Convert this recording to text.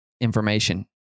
information